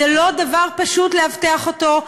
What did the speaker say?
זה לא דבר פשוט לאבטח אותו.